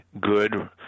good